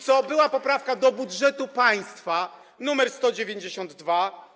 Cóż, była poprawka do budżetu państwa nr 192.